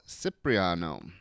Cipriano